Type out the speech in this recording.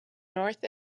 north